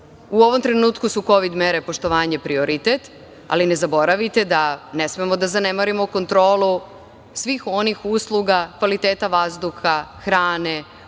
U ovom trenutku su kovid mere poštovanje prioritet, ali ne zaboravite da ne smemo da zanemarimo kontrolu svih onih usluga, kvaliteta vazduha, hrane,